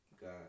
God